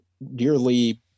nearly